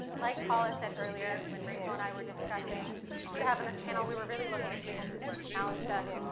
like paula said earlier, when rachel and i were discussing who to have in this panel, we were really looking at people who's work challenged us,